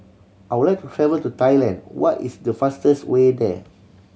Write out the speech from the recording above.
I would like to travel to Thailand what is the fastest way there